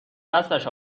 دستش